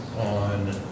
on